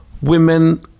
women